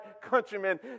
countrymen